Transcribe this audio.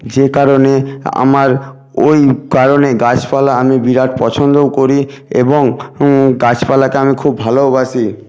যে কারণে আমার ওই কারণে গাছপালা আমি বিরাট পছন্দও করি এবং গাছপালাকে আমি খুব ভালোওবাসি